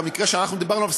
במקרה שאנחנו דיברנו עליו,